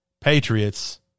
Patriots